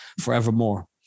forevermore